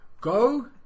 go